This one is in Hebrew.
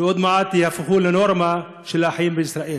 ועוד מעט יהפכו לנורמה של החיים בישראל.